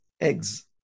eggs